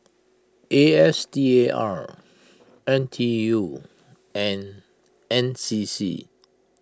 A S T A R N T U and N C C